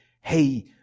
hey